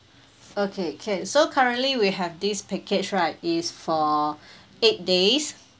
okay can so currently we have this package right it's for eight days